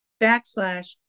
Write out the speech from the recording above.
backslash